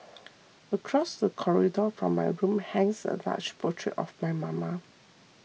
across the corridor from my room hangs a large portrait of my mama